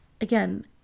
again